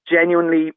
genuinely